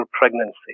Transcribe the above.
pregnancy